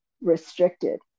restricted